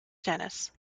genus